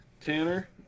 Tanner